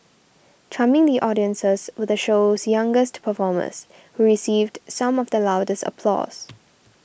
charming the audiences were the show's youngest performers who received some of the loudest applause